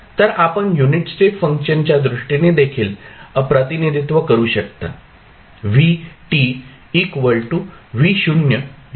तर आपण unit step फंक्शनच्या दृष्टीने देखील प्रतिनिधित्व करू शकता